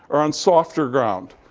are on softer ground.